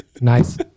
Nice